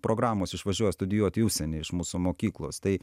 programos išvažiuoja studijuot į užsienį iš mūsų mokyklos tai